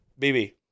BB